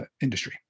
industry